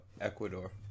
Ecuador